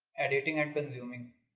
editing and consuming,